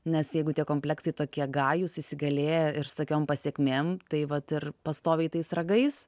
nes jeigu tie kompleksai tokie gajūs įsigalėję ir su tokiom pasekmėm tai vat ir pastoviai tais ragais